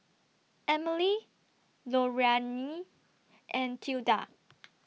Emily Lorrayne and Tilda